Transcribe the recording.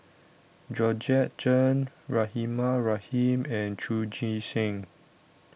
Georgette Chen Rahimah Rahim and Chu Chee Seng